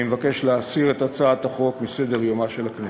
אני מבקש להסיר את הצעת החוק מסדר-יומה של הכנסת.